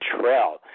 Trail